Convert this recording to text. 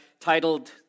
titled